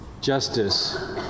justice